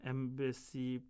Embassy